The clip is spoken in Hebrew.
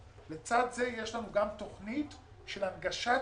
לצד זה יש לנו גם תכנית של הנגשת